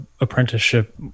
apprenticeship